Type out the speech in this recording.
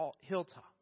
hilltop